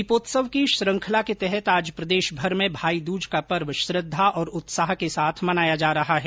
दीपोत्सव की श्रृंखला के तहत आज प्रदेशभर में भाईदूज का पर्व श्रद्धा और उत्साह के साथ मनाया जा रहा है